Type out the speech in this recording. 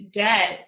debt